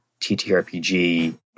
ttrpg